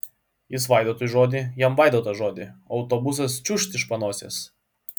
jis vaidotui žodį jam vaidotas žodį o autobusas čiūžt iš panosės